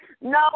No